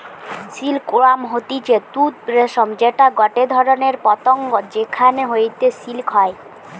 silk worm হতিছে তুত রেশম যেটা গটে ধরণের পতঙ্গ যেখান হইতে সিল্ক হয়